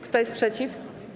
Kto jest przeciw?